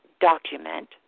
document